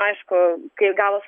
aišku kaip gavos